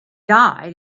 die